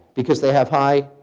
because they have high,